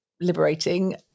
Liberating